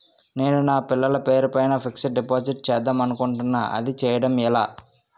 నేను నా పిల్లల పేరు పైన ఫిక్సడ్ డిపాజిట్ చేద్దాం అనుకుంటున్నా అది చేయడం ఎలా?